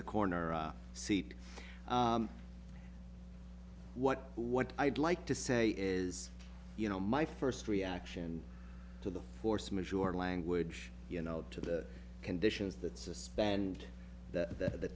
the corner seat what what i'd like to say is you know my first reaction to the force majeure language you know to the conditions that suspend the